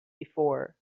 before